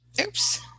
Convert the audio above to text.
Oops